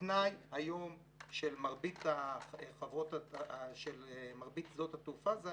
התנאי היום של מרבית שדות התעופה היא,